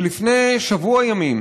שלפני שבוע ימים